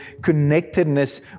connectedness